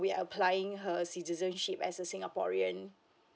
we are applying her citizenship as a singaporean